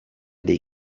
dei